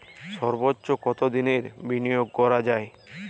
সর্বোচ্চ কতোদিনের বিনিয়োগ করা যায়?